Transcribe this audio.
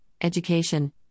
education